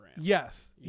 Yes